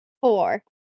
Four